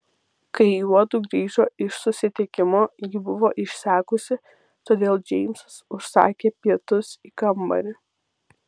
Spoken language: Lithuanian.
kai juodu grįžo iš susitikimo ji buvo išsekusi todėl džeimsas užsakė pietus į kambarį